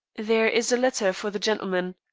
there is a letter for the gentleman.